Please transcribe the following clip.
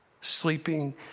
sleeping